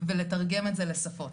ולתרגם את זה לשפות.